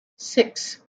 six